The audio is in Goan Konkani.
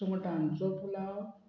सुंगटांचो पुलाव